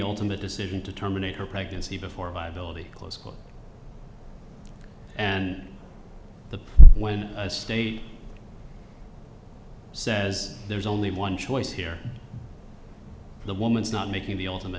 ultimate decision to terminate her pregnancy before viability clothes and the when state says there's only one choice here the woman is not making the ultimate